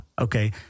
okay